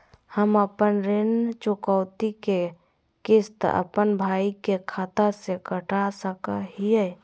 हम अपन ऋण चुकौती के किस्त, अपन भाई के खाता से कटा सकई हियई?